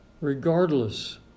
regardless